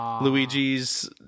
Luigi's